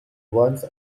once